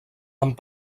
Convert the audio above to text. amb